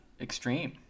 Extreme